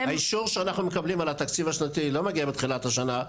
האישור שאנחנו מקבלים על התקציב השנתי הוא לא מגיע בתחילת השנה,